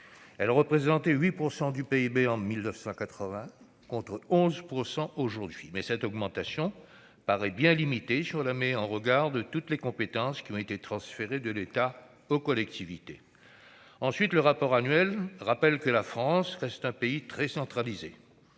Elles représentaient 8 % du PIB en 1980, contre 11 % aujourd'hui. Toutefois, cette augmentation apparaît bien limitée si on la met en regard de toutes les compétences qui ont été transférées de l'État aux collectivités. Ensuite, il y est rappelé que la France reste un pays très centralisé.